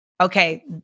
okay